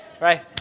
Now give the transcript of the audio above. right